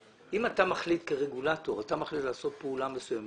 אם אתה מחליט כרגולטור לעשות פעולה מסוימת,